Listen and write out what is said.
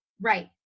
right